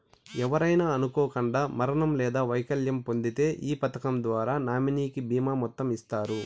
ఎవరైనా అనుకోకండా మరణం లేదా వైకల్యం పొందింతే ఈ పదకం ద్వారా నామినీకి బీమా మొత్తం ఇస్తారు